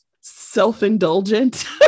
self-indulgent